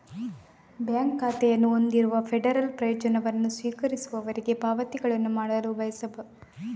bank ಖಾತೆಯನ್ನು ಹೊಂದಿರದ federal ಪ್ರಯೋಜನವನ್ನು ಸ್ವೀಕರಿಸುವವರಿಗೆ ಪಾವತಿಗಳನ್ನು ಮಾಡಲು ಬಳಸಬಹುದು